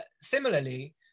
similarly